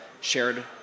shared